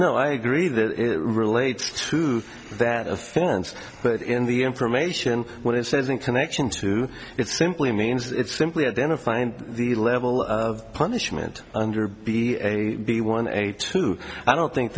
know i agree that relates to that offense but in the information when it says in connection to it simply means it's simply identifying the level of punishment under be a b one eight two i don't think